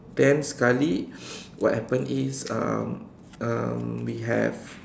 then sekali what happened is um um we have